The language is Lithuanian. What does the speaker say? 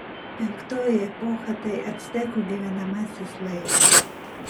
penktoji epocha tai actekų gyvenamasis laikas